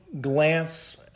glance